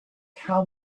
how